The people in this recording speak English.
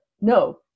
No